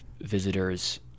visitors